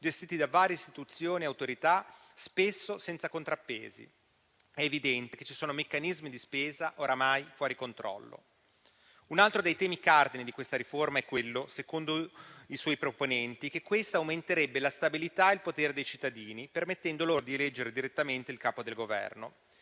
gestiti da varie istituzioni e autorità, spesso senza contrappesi. È evidente che ci sono meccanismi di spesa oramai fuori controllo. Un altro dei temi cardine di questa riforma è quello, secondo i suoi proponenti, che questa aumenterebbe la stabilità e il potere dei cittadini, permettendo loro di eleggere direttamente il Capo del Governo.